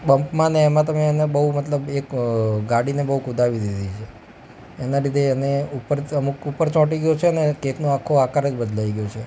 બમ્પમાં ને એમાં તમે એને બહુ મતલબ એક ગાડીને બહુ કુદાવી દીધી છે એના લીધે એને ઉપર તો અમુક ઉપર ચોંટી ગયો છે ને કેકનો આખો આકાર જ બદલાઈ ગયો છે